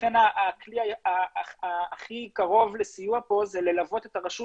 לכן הכלי הכי קרוב לסיוע פה זה ללוות את הרשות